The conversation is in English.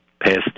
past